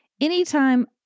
Anytime